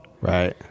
Right